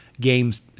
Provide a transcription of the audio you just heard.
games